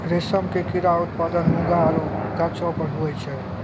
रेशम के कीड़ा उत्पादन मूंगा आरु गाछौ पर हुवै छै